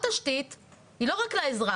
התשתית היא לא רק לאזרח.